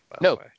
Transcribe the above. No